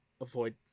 avoid